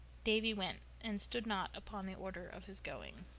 davy went, and stood not upon the order of his going.